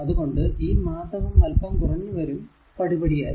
അത് കൊണ്ട് ഈ മാർദവം അല്പം കുറഞ്ഞു വരും പടി പടി ആയി